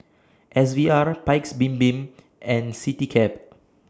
S V R Paik's Bibim and Citycab